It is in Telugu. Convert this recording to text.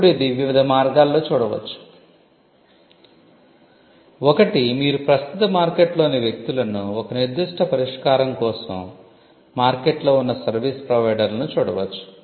ఇప్పుడు ఇది వివిధ మార్గాల్లో చేయవచ్చు ఒకటి మీరు ప్రస్తుత మార్కెట్లోని వ్యక్తులను ఒక నిర్దిష్ట పరిష్కారం కోసం మార్కెట్లో ఉన్న సర్వీసు ప్రొవైడర్లను చూడవచ్చు